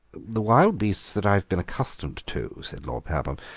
the wild beasts that i have been accustomed to, said lord pabham,